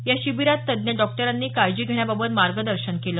या शिबिरात तज्ज्ञ डॉक्टरांनी काळजी घेण्याबाबत मार्गदर्शन केलं